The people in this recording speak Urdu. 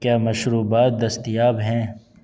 کیا مشروبات دستیاب ہیں